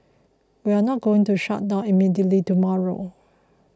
we are not going to shut down immediately tomorrow